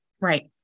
Right